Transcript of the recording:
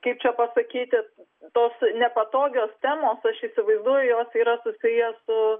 kaip čia pasakyti tos nepatogios temos aš įsivaizduoju jos yra susiję su